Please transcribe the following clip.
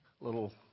little